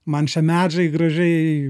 man šie medžiai gražiai